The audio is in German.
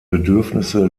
bedürfnisse